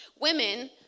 women